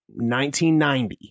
1990